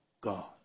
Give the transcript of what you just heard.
God